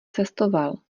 cestoval